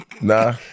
Nah